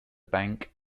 bank